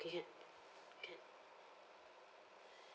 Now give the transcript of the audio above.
okay can can